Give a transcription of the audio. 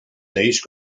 these